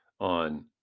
on